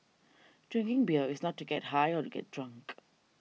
drinking beer is not to get high or get drunk